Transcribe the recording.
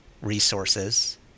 resources